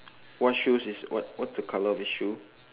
what shoes is what what the colour of his shoe